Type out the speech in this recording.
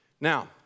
Now